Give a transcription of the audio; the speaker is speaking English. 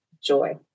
joy